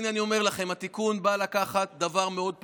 הינה אני אומר לכם, התיקון בא לקחת דבר מאוד פשוט: